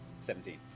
seventeen